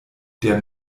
der